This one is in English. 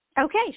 Okay